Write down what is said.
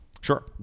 Sure